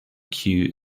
cue